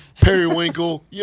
Periwinkle